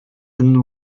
and